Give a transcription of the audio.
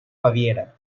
baviera